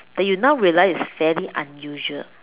that now you realize is fairly unusual